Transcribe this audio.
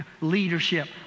Leadership